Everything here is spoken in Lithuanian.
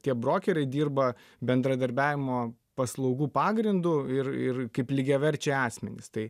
tie brokeriai dirba bendradarbiavimo paslaugų pagrindu ir ir kaip lygiaverčiai asmenys tai